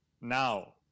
Now